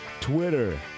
twitter